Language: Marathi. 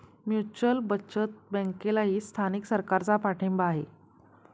म्युच्युअल बचत बँकेलाही स्थानिक सरकारचा पाठिंबा आहे